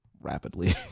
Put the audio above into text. Rapidly